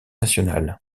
nationale